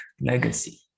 legacy